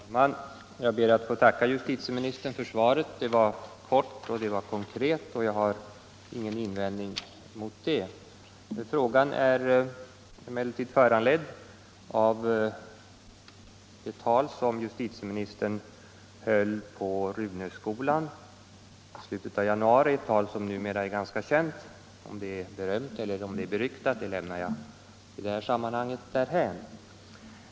Herr talman! Jag ber att få tacka justitieministern för svaret. Det var kort och konkret, och jag har ingenting att invända mot det. Frågan är emellertid föranledd av det tal som justitieministern höll på Runöskolan i slutet av januari och vilket numera är ganska känt — om det är berömt eller beryktat lämnar jag i det här sammanhanget därhän.